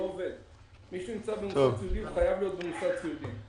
מי שנמצא במוסד סיעודי חייב להיות במוסד סיעודי,